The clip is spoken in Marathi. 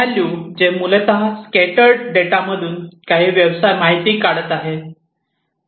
व्हॅल्यू जे मूलतः स्केटर्ड डेटामधून काही व्यवसाय माहिती काढत आहे